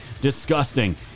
disgusting